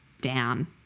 down